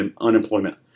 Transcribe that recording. unemployment